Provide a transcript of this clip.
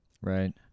Right